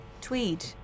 tweed